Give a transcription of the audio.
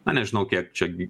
na nežinau kiek čia gi